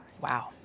Wow